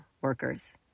workers